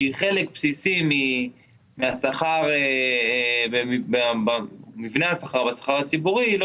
שהיא חלק בסיסי ממבנה השכר בשכר הציבורי היא לא